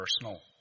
personal